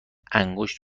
انگشت